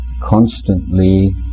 constantly